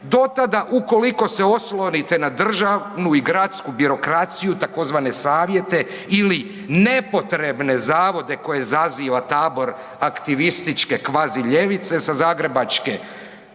Do tada ukoliko se oslonite na državnu i gradsku birokraciju tzv. savjete ili nepotrebne zavode koje zaziva tabor aktivističke kvazi ljevice sa zagrebačke